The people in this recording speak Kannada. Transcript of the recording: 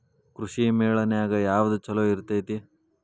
ಕೃಷಿಮೇಳ ನ್ಯಾಗ ಯಾವ್ದ ಛಲೋ ಇರ್ತೆತಿ?